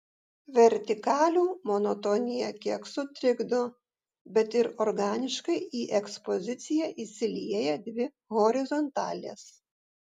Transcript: vertikalių monotoniją kiek sutrikdo bet ir organiškai į ekspoziciją įsilieja dvi horizontalės